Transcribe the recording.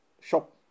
shop